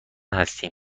هستیم